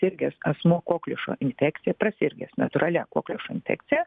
sirgęs asmuo kokliušo infekcija prasirgęs natūralia kokliušo infekcija